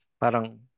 Parang